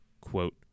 quote